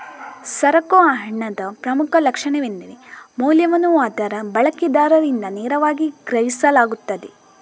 ಸರಕು ಹಣದ ಪ್ರಮುಖ ಲಕ್ಷಣವೆಂದರೆ ಮೌಲ್ಯವನ್ನು ಅದರ ಬಳಕೆದಾರರಿಂದ ನೇರವಾಗಿ ಗ್ರಹಿಸಲಾಗುತ್ತದೆ